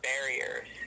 barriers